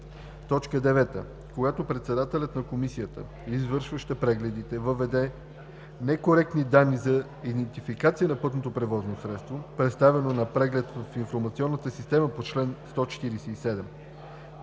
и 10: „9. когато председателят на комисията, извършваща прегледите, въведе некоректни данни за идентификация на пътното превозно средство, представено на преглед в информационната система по чл. 147;